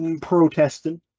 protesting